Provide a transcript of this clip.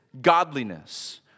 godliness